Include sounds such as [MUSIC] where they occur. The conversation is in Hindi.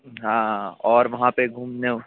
हाँ और वहाँ पे घूमने [UNINTELLIGIBLE]